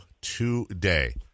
today